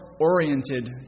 oriented